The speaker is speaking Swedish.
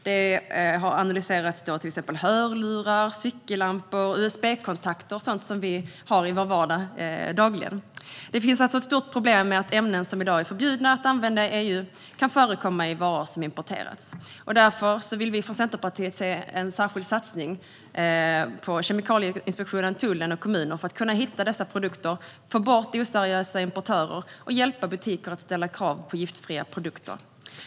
Bland annat analyserades finns hörlurar, cykellampor och USB-kontakter, alltså sådant vi har i vår vardag. Det är ett stort problem att ämnen som i dag är förbjudna i EU kan förekomma i varor som importeras. Centerpartiet vill därför se en särskild satsning i Kemikalieinspektionen, tullen och kommunerna för att hitta dessa produkter, få bort oseriösa importörer och hjälpa butiker att ställa krav på giftfria produkter.